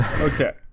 Okay